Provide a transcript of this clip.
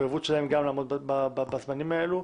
אני חושב שזאת המחויבת שלה לעמוד בזמנים האלה.